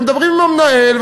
ומדברים עם המנהל,